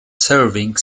serving